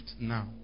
now